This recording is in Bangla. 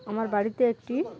আমার বাড়িতে একটি